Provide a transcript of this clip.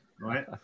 right